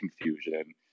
confusion